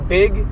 big